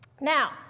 now